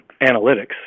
analytics